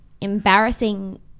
embarrassing